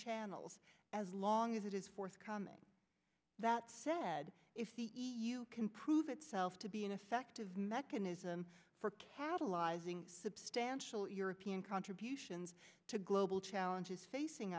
channels as long as it is forthcoming that said if the e u can prove itself to be an effective mechanism for catalyzing substantial european contributions to global challenges facing